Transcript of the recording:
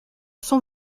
son